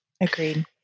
agreed